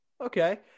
okay